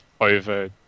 over